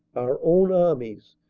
our own armies,